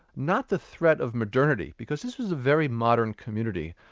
not the threat of modernity, because this was a very modern community.